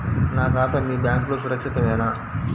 నా ఖాతా మీ బ్యాంక్లో సురక్షితమేనా?